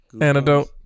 Antidote